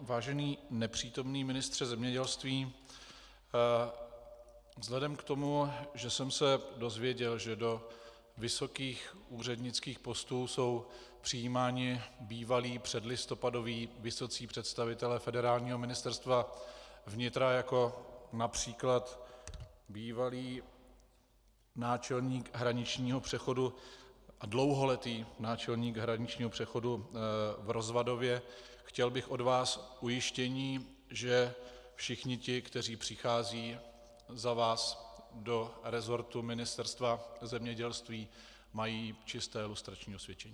Vážený nepřítomný ministře zemědělství, vzhledem k tomu, že jsem se dozvěděl, že do vysokých úřednických postů jsou přijímáni bývalí předlistopadoví vysocí představitelé Federálního ministerstva vnitra, jako například bývalý náčelník hraničního přechodu a dlouholetý náčelník hraničního přechodu v Rozvadově, chtěl bych od vás ujištění, že všichni ti, kteří přicházejí za vás do resortu Ministerstva zemědělství, mají čisté lustrační osvědčení.